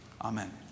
Amen